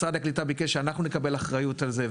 משרד הקליטה ביקש שאנחנו נקבל אחריות על זה,